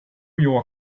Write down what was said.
your